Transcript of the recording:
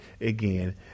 again